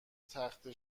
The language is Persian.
تخته